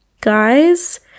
guys